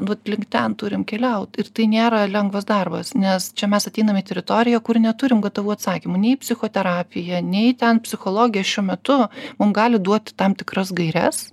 vat link ten turim keliaut ir tai nėra lengvas darbas nes čia mes ateinam į teritoriją kur neturim gatavų atsakymų nei psichoterapija nei ten psichologija šiuo metu mum gali duoti tam tikras gaires